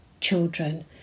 children